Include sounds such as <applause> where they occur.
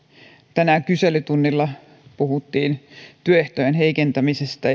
tänään kyselytunnilla puhuttiin työehtojen heikentämisestä <unintelligible>